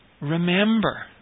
remember